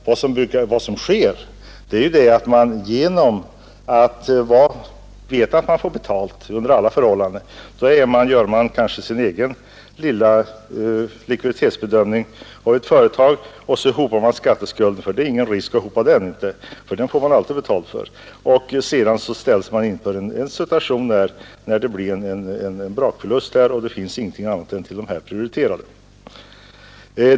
Det hela leder ofta till att skattemyndigheterna, som vet att de får betalt under alla förhållanden, kanske gör sin egen lilla likviditetsbedömning av ett företag. Så hopar man skatteskuld på skatteskuld, i vetskap att man ändå skall få betalt. Till slut ställs man kanske inför en situation då företaget går överstyr, och det inte finns något annat än vad som motsvarar de prioriterade fordringarna.